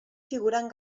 figuren